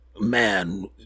Man